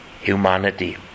humanity